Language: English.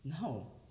No